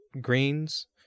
greens